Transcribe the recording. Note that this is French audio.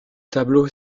tableau